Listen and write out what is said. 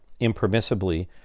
impermissibly